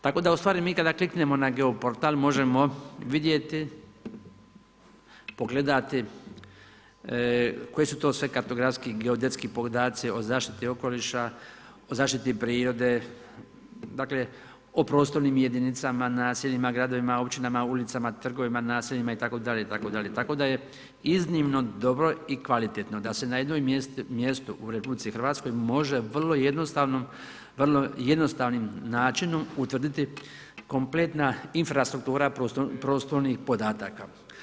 Tako da ustvari mi kada kliknemo na geoportal možemo vidjeti, pogledati koje su to sve kartografski, geodetski podaci o zaštiti okoliša, o zaštiti prirode, dakle o prostornim jedinicama, naseljima, gradovima, općinama, ulicama, trgovima, naseljima itd., itd. tako da je iznimno dobro i kvalitetno da se na jednom mjestu u RH može vrlo jednostavnim načinom utvrditi kompletna infrastruktura prostornih podataka.